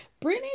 Britney